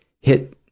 hit